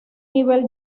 nivel